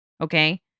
Okay